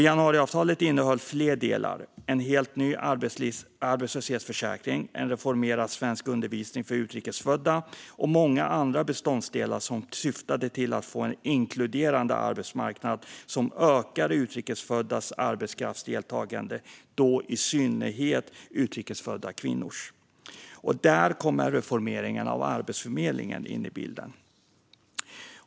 Januariavtalet innehöll fler delar - en helt ny arbetslöshetsförsäkring, en reformerad svenskundervisning för utrikes födda och många andra beståndsdelar - som syftade till att få en inkluderande arbetsmarknad som ökar utrikes föddas arbetskraftsdeltagande och i synnerhet utrikes födda kvinnors. Och där kommer reformeringen av Arbetsförmedlingen in i bilden.